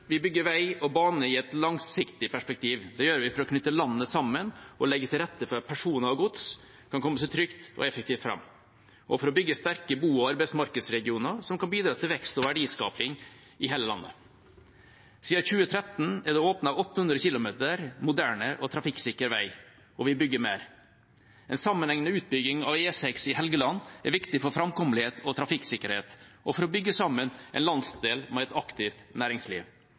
Vi bygger vei og bane i et langsiktig perspektiv. Det gjør vi for å knytte landet sammen og legge til rette for at personer og gods kan komme seg trygt og effektivt fram, og for å bygge sterke bo- og arbeidsmarkedsregioner som kan bidra til vekst og verdiskaping i hele landet. Siden 2013 er det åpnet 800 km moderne og trafikksikker vei, og vi bygger mer. En sammenhengende utbygging av E6 i Helgeland er viktig for framkommelighet og trafikksikkerhet og for å bygge sammen en landsdel med et aktivt næringsliv.